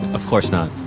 of course not.